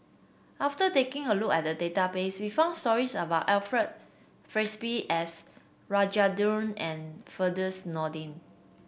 after taking a look at the database we found stories about Alfred Frisby S Rajendran and Firdaus Nordin